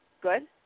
Good